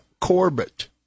Corbett